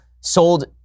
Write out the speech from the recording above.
sold